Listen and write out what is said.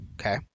okay